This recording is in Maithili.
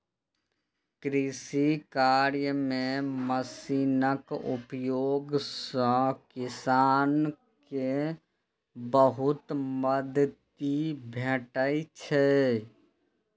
कृषि कार्य मे मशीनक प्रयोग सं किसान कें बहुत मदति भेटै छै